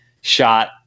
shot